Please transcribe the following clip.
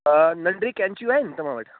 त नंढरी कैंचियूं आहिनि तव्हां वटि